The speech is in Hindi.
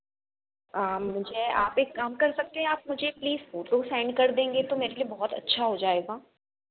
मुझे आप एक काम कर सकते हैं आप मुझे प्लीज़ फोटो सेंड कर देंगे तो मेरे लिए बहुत अच्छा हो जाएगा